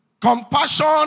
Compassion